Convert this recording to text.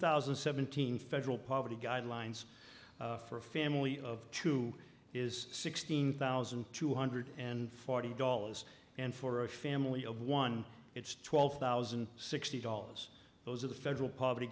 thousand and seventeen federal poverty guidelines for a family of two is sixteen thousand two hundred and forty dollars and for a family of one it's twelve thousand and sixty dollars those are the federal poverty